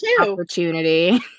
Opportunity